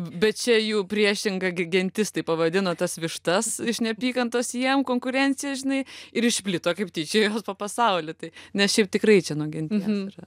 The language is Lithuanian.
bet čia jų priešinga gi gentis taip pavadino tas vištas iš neapykantos jiem konkurencija žinai ir išplito kaip tyčia po pasaulį tai nes šiaip tikrai čia nuo genties yra